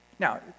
Now